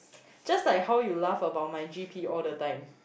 just like how you laugh about my G_P all the time